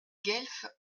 guelfes